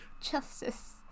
Justice